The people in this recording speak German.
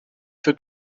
für